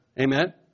Amen